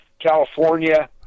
California